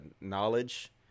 knowledge